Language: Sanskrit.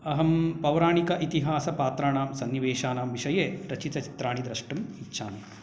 अहं पौराणिक इतिहासपात्राणां सन्निवेशानां विषये रचित चित्राणि द्रष्टुम् इच्छामि